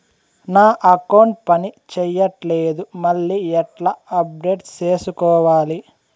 నా అకౌంట్ పని చేయట్లేదు మళ్ళీ ఎట్లా అప్డేట్ సేసుకోవాలి?